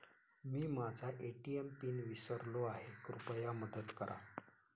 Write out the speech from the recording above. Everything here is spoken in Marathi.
मी माझा ए.टी.एम पिन विसरलो आहे, कृपया मदत करा